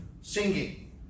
singing